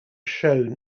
shown